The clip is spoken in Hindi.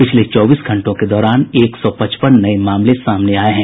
पिछले चौबीस घंटों के दौरान एक सौ पचपन नये मामले सामने आये हैं